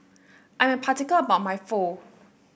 I'm particular about my Pho